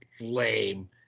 lame